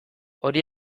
hori